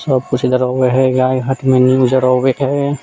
सब किछु इधर अबैत हइ गायघाटमे न्यूज अर अबैत हइ